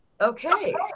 okay